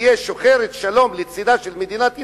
שתהיה שוחרת שלום, לצדה של מדינת ישראל,